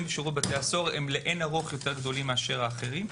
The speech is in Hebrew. בשירות בתי הסוהר הם לאין ערוך יותר גדולים מאשר האחרים,